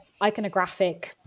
iconographic